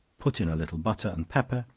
put in a little butter and pepper,